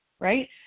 right